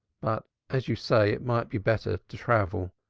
but, as you say, it might be better to travel.